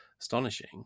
astonishing